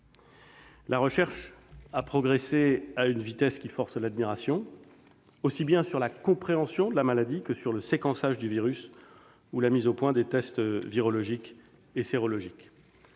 La recherche a progressé à une vitesse qui force l'admiration, aussi bien sur la compréhension de la maladie que sur le séquençage du virus ou la mise au point des tests virologiques et sérologiques.